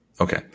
Okay